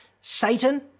Satan